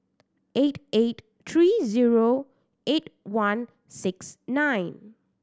eight eight three zero eight one six nine